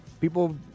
People